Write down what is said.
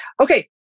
Okay